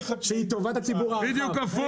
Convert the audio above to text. שהיא טובה לציבור הרחב, מה לעשות.